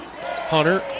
Hunter